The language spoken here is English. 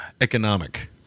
economic